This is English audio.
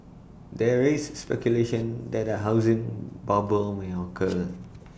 there is speculation that A housing bubble may occur